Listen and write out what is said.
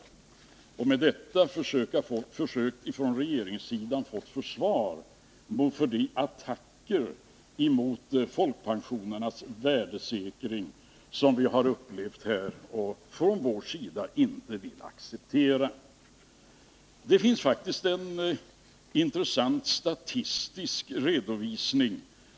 Regeringen har därmed försökt försvara sig mot attackerna för att folkpensionerna inte är värdesäkra. Att de inte är det är något som vi socialdemokrater inte vill acceptera. SCB har faktiskt gjort en intressant statistisk redovisning.